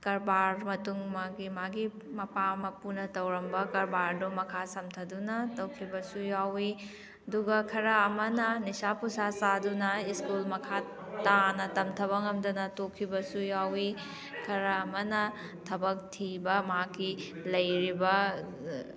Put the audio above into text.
ꯀꯔꯕꯥꯔ ꯃꯇꯨꯡ ꯃꯥꯒꯤ ꯃꯥꯒꯤ ꯃꯄꯥ ꯃꯄꯨꯅ ꯇꯧꯔꯝꯕ ꯀꯔꯕꯥꯔꯗꯣ ꯃꯈꯥ ꯁꯝꯊꯗꯨꯅ ꯇꯧꯈꯤꯕꯁꯨ ꯌꯥꯎꯏ ꯑꯗꯨꯒ ꯈꯔ ꯑꯃꯅ ꯅꯤꯁꯥ ꯄꯨꯁꯥ ꯆꯥꯗꯨꯅ ꯁ꯭ꯀꯨꯜ ꯃꯈꯥ ꯇꯥꯅ ꯇꯝꯊꯕ ꯉꯝꯗꯅ ꯇꯣꯛꯈꯤꯕꯁꯨ ꯌꯥꯎꯏ ꯈꯔ ꯑꯃꯅ ꯊꯕꯛ ꯊꯤꯕ ꯃꯍꯥꯛꯀꯤ ꯂꯩꯔꯤꯕ